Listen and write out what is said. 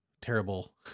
terrible